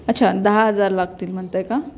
अच्छा दहा हजार लागतील म्हणत आहे का